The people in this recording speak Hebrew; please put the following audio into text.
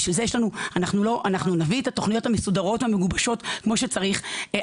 אנחנו נביא את התכניות המסודרות והמגובשות כמו שצריך.